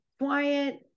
quiet